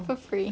for free